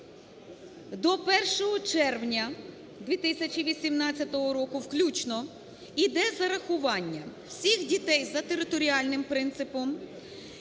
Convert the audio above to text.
До 1 червня 2018 року включно йде зарахування всіх дітей за територіальним принципом,